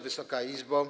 Wysoka Izbo!